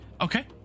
Okay